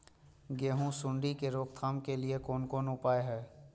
गेहूँ सुंडी के रोकथाम के लिये कोन कोन उपाय हय?